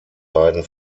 beiden